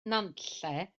nantlle